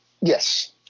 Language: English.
Yes